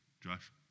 Josh